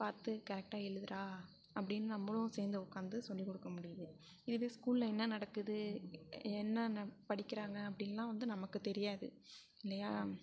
பார்த்து கரெக்டாக எழுதுடா அப்படின்னு நம்மளும் சேர்ந்து உட்காந்து சொல்லி கொடுக்க முடியுது இதுவே ஸ்கூலில் என்னா நடக்குது என்னா ந படிக்குறாங்க அப்படின்லாம் வந்து நமக்கு தெரியாது இல்லையா